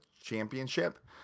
championship